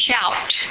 shout